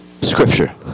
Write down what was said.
scripture